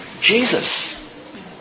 Jesus